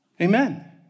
Amen